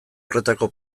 horretako